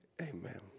Amen